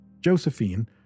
Josephine